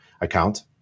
account